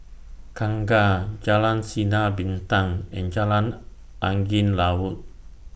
Kangkar Jalan Sinar Bintang and Jalan Angin Laut